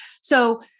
So-